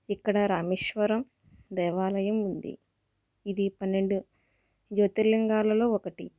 ఇక్కడ రామేశ్వరం దేవాలయం ఉంది ఇది పన్నెండు జ్యోతిర లింగాలలో ఒకటి